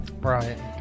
right